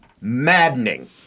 Maddening